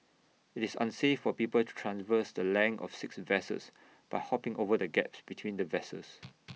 IT is unsafe for people to traverse the length of six vessels by hopping over the gaps between the vessels